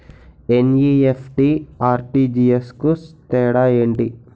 NEFT, RTGS కు తేడా ఏంటి?